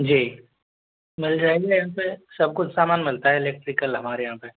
जी मिल जाएंगे सब कुछ सामान मिलता हैं इलेक्ट्रिकल हमारे यहाँ पर